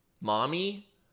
mommy